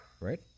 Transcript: right